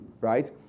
right